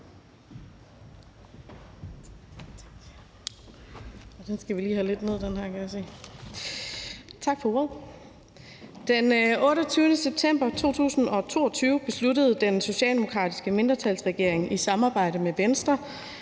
Den 28. september 2022 besluttede den socialdemokratiske mindretalsregering i samarbejde med Venstre,